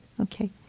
Okay